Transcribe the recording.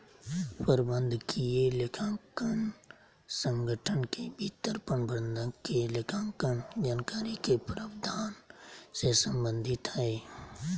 प्रबंधकीय लेखांकन संगठन के भीतर प्रबंधक के लेखांकन जानकारी के प्रावधान से संबंधित हइ